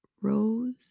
Rose